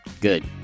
Good